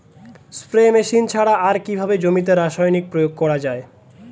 Spray machine ছাড়া আর কিভাবে জমিতে রাসায়নিক প্রয়োগ করা যায়?